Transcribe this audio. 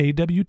AWT